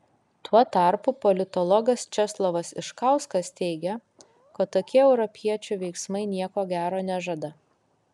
tuo tarpu politologas česlovas iškauskas teigia kad tokie europiečių veiksmai nieko gero nežada